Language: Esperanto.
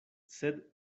sed